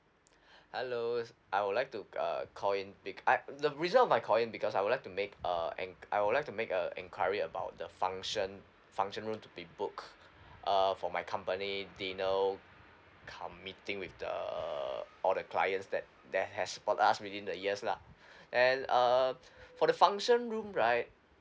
hello I would like to uh call in bec~ I the reason why I call in because I would like to make a en~ I would like to make a enquiry about the function function room to be booked err for my company dinner cum meeting with the all the clients that that has support us within the years lah and err for the function room right